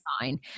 fine